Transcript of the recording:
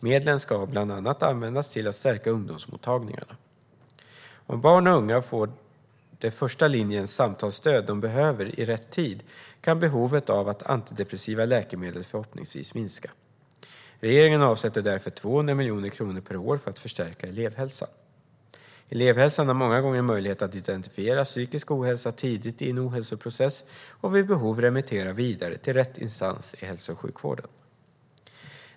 Medlen ska bland annat användas till att stärka ungdomsmottagningarna. Om barn och unga får det första linjens samtalsstöd de behöver i rätt tid kan behovet av antidepressiva läkemedel förhoppningsvis minska. Regeringen avsätter därför 200 miljoner kronor per år för att förstärka elevhälsan. Elevhälsan har många gånger möjlighet att identifiera psykisk ohälsa tidigt i en ohälsoprocess och vid behov remittera vidare till rätt instans i hälso och sjukvården.